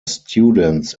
students